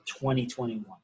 2021